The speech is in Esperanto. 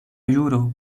juro